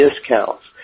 discounts